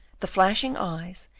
the flashing eyes,